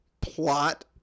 plot